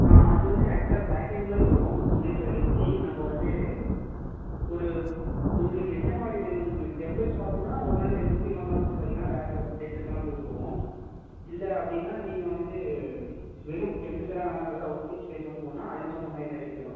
ஆ அது வந்து ஆக்சுவலாக பேக்கேஜ் மாதிரி வரும் டூ டேஸ் பேக்கேஜ் மாதிரி நம்ம வந்து ஒரு உங்களுக்கு எந்த மாதிரி வேணும் நீங்கள் டெம்பிள்ஸ் பார்க்கணும்னா ஒரு நாள் டெம்பிள்ஸு இன்னொரு நாள் வந்து பார்த்தீங்கன்னா வேறு பிளேசஸெலாம் கூட்டுகிட்டு போவோம் இல்லை அப்படினா நீங்கள் வந்து வெறும் டெம்பிள்ஸெல்லாம் வேணாம் வெறும் அவுட் சைடு பிளேஸ் மட்டும் போகணும்னா அதுக்கு தகுந்த மாதிரி பேக்கேஜ் வரும்